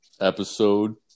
episode